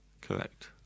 Correct